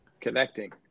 connecting